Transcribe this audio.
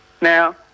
Now